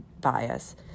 bias